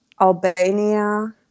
Albania